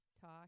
talk